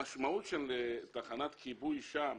המשמעות של תחנת כיבוי שם